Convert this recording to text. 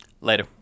Later